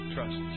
Trust